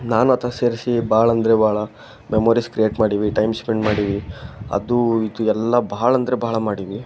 ನಾನು ಆತ ಸೇರಿಸಿ ಭಾಳಂದರೆ ಭಾಳ ಮೆಮೊರೀಸ್ ಕ್ರಿಯೇಟ್ ಮಾಡೀವಿ ಟೈಮ್ ಸ್ಪೆಂಡ್ ಮಾಡೀವಿ ಅದು ಇದು ಎಲ್ಲಾ ಭಾಳಂದರೆ ಭಾಳ ಮಾಡೀವಿ